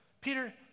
Peter